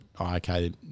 okay